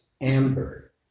amber